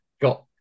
Got